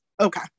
okay